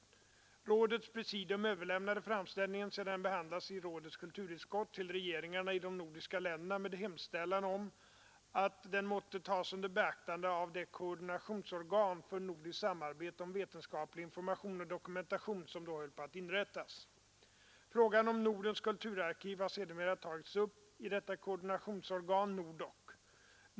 Rådets presidium överlämnade framställningen, sedan den behandlats i rådets kulturutskott, till regeringarna i de nordiska länderna med hemställan om att den måtte tas under beaktande av det koordinationsorgan för nordiskt samarbete om vetenskaplig information och dokumentation som då höll på att inrättas. Frågan om Nordens kulturarkiv har sedermera tagits upp i detta koordinationsorgan, NORDDOK.